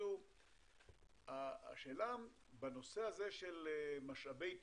השאלה של משאבי טבע,